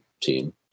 team